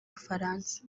bufaransa